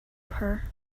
her